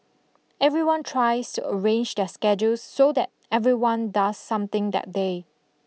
everyone tries to arrange their schedules so that everyone does something that day